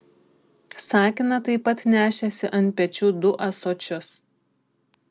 sakina taip pat nešėsi ant pečių du ąsočius